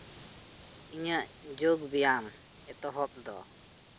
ᱤᱧᱟᱹᱜ ᱡᱳᱜᱽ ᱵᱮᱭᱟᱢ ᱮᱛᱚᱦᱚᱵ ᱫᱚ